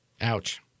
Ouch